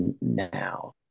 now